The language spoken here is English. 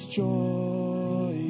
joy